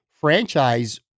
franchise